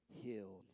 healed